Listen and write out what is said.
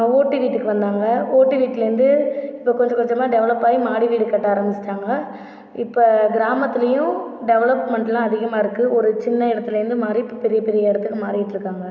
ஓட்டு வீட்டுக்கு வந்தாங்கள் ஓட்டு வீட்டுலருந்து இப்போ கொஞ்சக் கொஞ்சமாக டெவலப் ஆகி மாடி வீடு கட்ட ஆரம்பிச்சிடாங்க இப்போ கிராமத்துலேயும் டெவலப்மென்ட்லாம் அதிகமாருக்குது ஒரு சின்ன இடத்துலருந்து மாதிரி பெரிய பெரிய மாறிக்கிட்டு இருக்காங்கள்